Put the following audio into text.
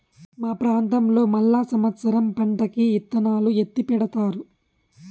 మా ప్రాంతంలో మళ్ళా సమత్సరం పంటకి ఇత్తనాలు ఎత్తిపెడతారు